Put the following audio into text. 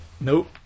Nope